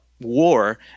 war